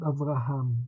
Abraham